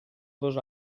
dos